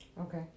Okay